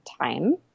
time